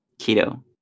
keto